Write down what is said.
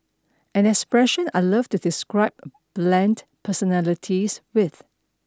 an expression I love to describe bland personalities with